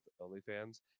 OnlyFans